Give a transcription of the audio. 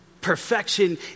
perfection